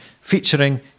featuring